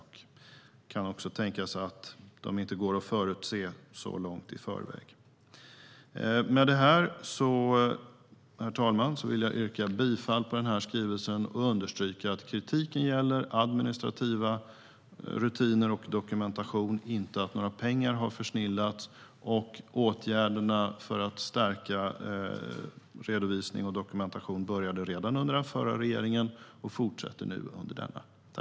Det kan också tänkas att de inte går att förutse så långt i förväg. Herr talman! Jag yrkar bifall till förslaget i betänkandet angående skrivelsen och understryker att kritiken gäller administrativa rutiner och dokumentation, inte att några pengar skulle ha försnillats. Åtgärderna för att stärka redovisning och dokumentation började redan under den förra regeringen och fortsätter under denna.